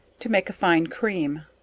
to make a fine cream.